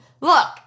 Look